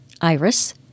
Iris